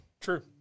True